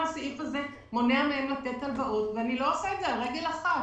הסעיף הזה מונע מהם לתת הלוואות ואני לא אעשה את זה על רגל אחת.